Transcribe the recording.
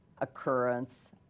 occurrence